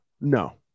No